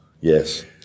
Yes